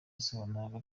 yasobanuraga